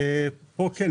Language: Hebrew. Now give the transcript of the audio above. פה כן,